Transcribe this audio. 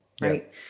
right